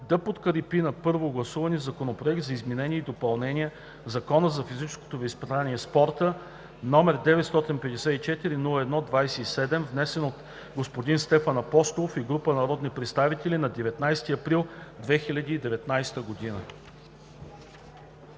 да подкрепи на първо гласуване Законопроект за изменение и допълнение на Закона за физическото възпитание и спорта, № 954-01-27 , внесен от Стефан Апостолов и група народни представители на 19 април 2019 г.“